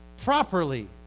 properly